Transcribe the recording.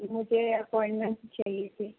مجھے اپاؤنٹمینٹ چاہیے تھی